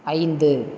ஐந்து